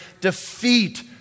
defeat